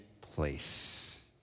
place